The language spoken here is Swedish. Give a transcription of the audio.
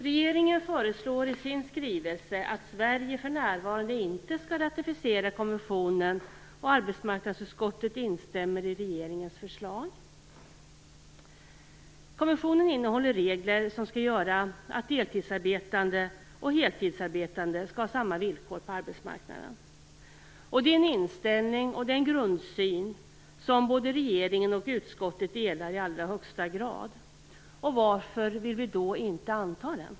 Regeringen föreslår i sin skrivelse att Sverige för närvarande inte skall ratificera konventionen, och arbetsmarknadsutskottet instämmer i regeringens förslag. Konventionen innehåller regler som skall göra att deltidsarbetande och heltidsarbetande skall ha samma villkor på arbetsmarknaden. Det är en inställning och en grundsyn som både regeringen och utskottet i allra högsta grad delar. Varför vill vi då inte anta den?